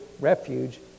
refuge